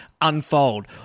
unfold